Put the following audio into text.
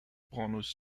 bonus